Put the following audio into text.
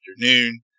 afternoon